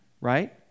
right